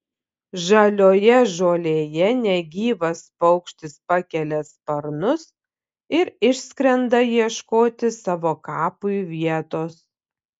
žalioje žolėje negyvas paukštis pakelia sparnus ir išskrenda ieškoti savo kapui vietos